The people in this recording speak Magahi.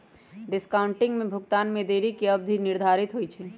डिस्काउंटिंग में भुगतान में देरी के अवधि निर्धारित होइ छइ